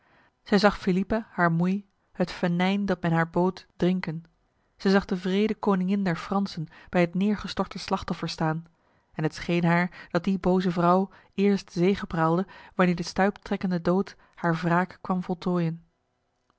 zij zag philippa haar moei het venijn dat men haar bood drinken zij zag de wrede koningin der fransen bij het neergestorte slachtoffer staan en het scheen haar dat die boze vrouw eerst zegepraalde wanneer de stuiptrekkende dood haar wraak kwam voltooien